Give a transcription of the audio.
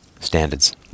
standards